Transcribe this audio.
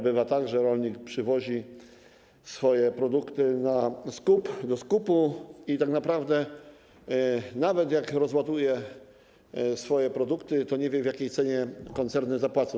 Bywa tak, że rolnik przywozi swoje produkty do skupu i tak naprawdę nawet jak rozładuje swoje produkty, to nie wie, w jakiej cenie koncerny zapłacą.